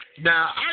Now